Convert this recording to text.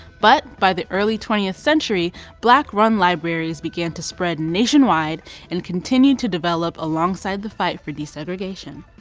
but by the early twentieth century black run libraries began to spread nationwide and continued to develop alongside the fight for desegregation.